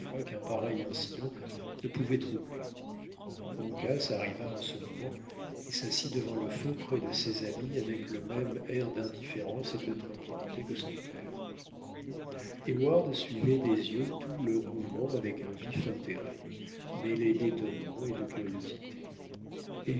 qu'un pareil incident ne pouvait troubler uncas arriva en ce moment et s'assit devant le feu près de ses amis avec le même air d'indifférence et de tranquillité que son père heyward suivait des yeux tous leurs mouvements avec un vif intérêt mêlé d'étonnement et de curiosité